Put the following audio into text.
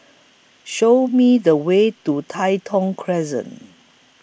Show Me The Way to Tai Thong Crescent